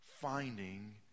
finding